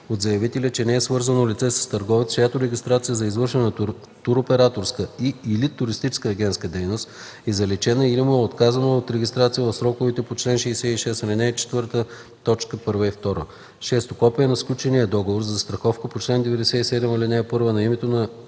от заявителя, че не е свързано лице с търговец, чиято регистрация за извършване на туроператорска и/или туристическа агентска дейност е заличена или му е отказана регистрация в сроковете по чл. 66, ал. 4, т. 1 и 2; 6. копие на сключения договор за застраховка по чл. 97, ал. 1 на името на